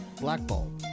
Blackball